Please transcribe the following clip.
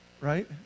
Right